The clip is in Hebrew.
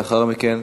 לאחר מכן,